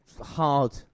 hard